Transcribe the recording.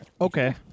okay